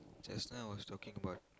just now I was talking about